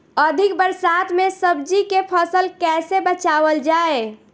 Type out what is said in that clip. अधिक बरसात में सब्जी के फसल कैसे बचावल जाय?